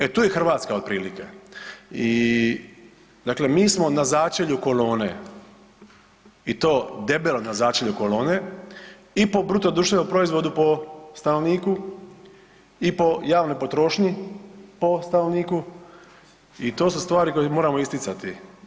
E tu je Hrvatska otprilike i mi smo na začelju kolone i to debelo na začelju kolone i po BDP-u po stanovniku i po javnoj potrošnji po stanovniku i to su stvari koje moramo isticati.